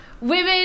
women